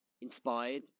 inspired